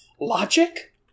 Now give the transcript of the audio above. Logic